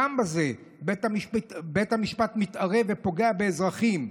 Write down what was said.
גם בזה בית המשפט מתערב ופוגע באזרחים?